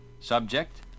subject